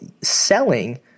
selling